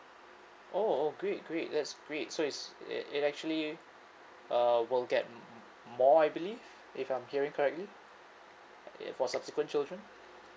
oh oh great great that's great so is it act~ it actually uh will get more I believe if I'm hearing correctly uh for subsequent children